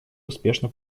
успешно